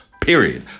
period